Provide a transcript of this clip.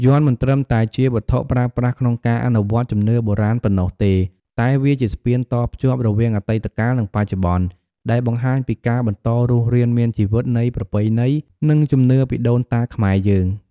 យ័ន្តមិនត្រឹមតែជាវត្ថុប្រើប្រាស់ក្នុងការអនុវត្តជំនឿបុរាណប៉ុណ្ណោះទេ តែវាជា ស្ពានតភ្ជាប់រវាងអតីតកាល និងបច្ចុប្បន្ន ដែលបង្ហាញពីការបន្តរស់រានមានជីវិតនៃប្រពៃណី និងជំនឿពីដូនតាខ្មែរយើង។